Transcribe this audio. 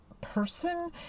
person